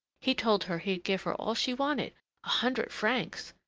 he told her he'd give her all she wanted a hundred francs!